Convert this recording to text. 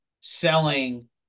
selling